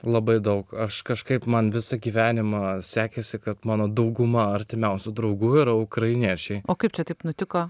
labai daug aš kažkaip man visą gyvenimą sekėsi kad mano dauguma artimiausių draugų ir ukrainiečiai o kaip čia taip nutiko